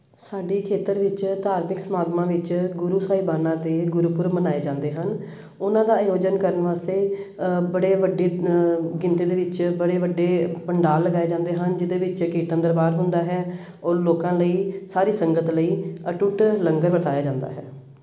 ਸਾਡੇ ਖੇਤਰ ਵਿੱਚ ਧਾਰਮਿਕ ਸਮਾਗਮਾਂ ਵਿੱਚ ਗੁਰੂ ਸਾਹਿਬਾਨਾਂ ਦੇ ਗੁਰਪੁਰਬ ਮਨਾਏ ਜਾਂਦੇ ਹਨ ਉਹਨਾਂ ਦਾ ਆਯੋਜਨ ਕਰਨ ਵਾਸਤੇ ਬੜੇ ਵੱਡੇ ਗਿਣਤੀ ਦੇ ਵਿੱਚ ਬੜੇ ਵੱਡੇ ਪੰਡਾਲ ਲਗਾਏ ਜਾਂਦੇ ਹਨ ਜਿਹਦੇ ਵਿੱਚ ਕੀਰਤਨ ਦਰਬਾਰ ਹੁੰਦਾ ਹੈ ਉਹ ਲੋਕਾਂ ਲਈ ਸਾਰੀ ਸੰਗਤ ਲਈ ਅਟੁੱਟ ਲੰਗਰ ਵਰਤਾਇਆ ਜਾਂਦਾ ਹੈ